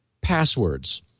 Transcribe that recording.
passwords